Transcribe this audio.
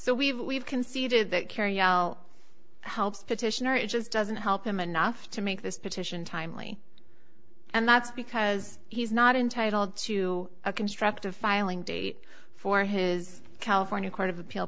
so we've we've conceded that kerry yell helps petitioner it just doesn't help him enough to make this petition timely and that's because he's not entitled to a constructive filing date for his california court of appeal